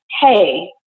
hey